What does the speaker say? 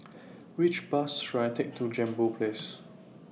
Which Bus should I Take to Jambol Place